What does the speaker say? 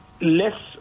less